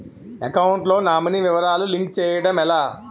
Account లో nominee వివరాలు link చేయటం ఎలా?